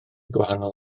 gwahanol